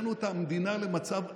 הבאנו את המדינה למצב אדיר.